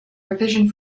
revision